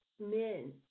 men